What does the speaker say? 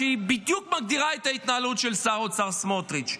היא מגדירה בדיוק את ההתנהלות של שר האוצר סמוטריץ'.